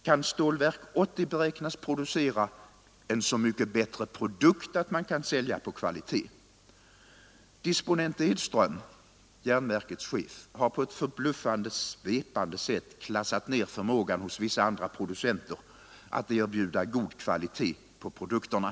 Kan Stålverk 80 beräknas producera en så mycket bättre produkt att man kan sälja på kvalitet? Disponent Edström, järnverkets chef, har på ett förbluffande svepande sätt klassat ner förmågan hos vissa andra producenter att erbjuda god kvalitet på produkterna.